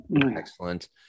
excellent